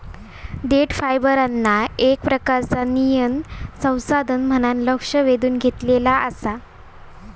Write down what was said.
देठ फायबरना येक प्रकारचा नयीन संसाधन म्हणान लक्ष वेधून घेतला आसा